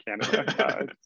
canada